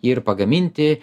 ir pagaminti